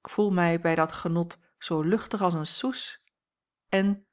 k voel mij bij dat genot zoo luchtig als een soes en